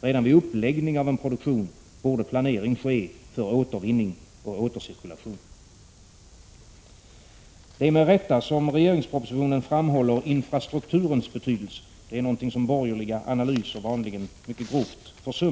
Redan vid uppläggning av en produktion borde planering ske för återvinning och återcirkulation. Det är med rätta som infrastrukturens betydelse framhålls i propositionen, — Prot. 1986/87:130 något som borgerliga analyser vanligen mycket grovt försummar.